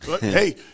Hey